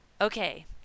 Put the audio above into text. Okay